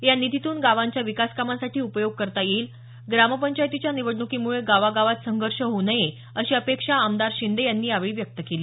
या निधीतून गावांच्या विकास कामांसाठी उपयोग करता येईल ग्राम पंचायतीच्या निवडणुकीमुळे गावा गावात संघर्ष होऊ नये अशी आपेक्षा आमदार शिंदे यांनी यावेळी व्यक्त केली